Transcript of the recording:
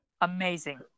Amazing